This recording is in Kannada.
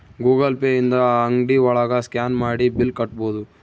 ಗೂಗಲ್ ಪೇ ಇಂದ ಅಂಗ್ಡಿ ಒಳಗ ಸ್ಕ್ಯಾನ್ ಮಾಡಿ ಬಿಲ್ ಕಟ್ಬೋದು